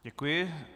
Děkuji.